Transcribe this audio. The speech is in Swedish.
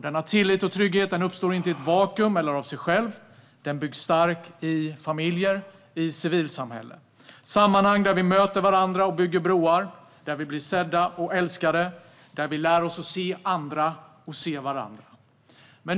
Denna tillit och trygghet uppstår inte i ett vakuum eller av sig själv utan byggs stark i familjer och i civilsamhället, sammanhang där vi möter varandra och bygger broar, där vi blir sedda och älskade, där vi lär oss att se andra och se varandra.